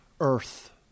earth